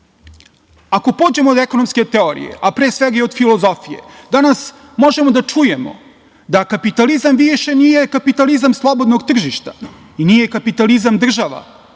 pođemo od ekonomske teorije, a pre svega i od filozofije, danas možemo da čujemo da kapitalizam više nije kapitalizam slobodnog tržišta i nije kapitalizam država,